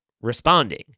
responding